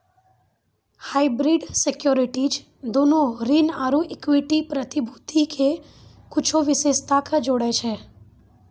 hybrid securities दोनो ऋण आरु इक्विटी प्रतिभूति के कुछो विशेषता के जोड़ै छै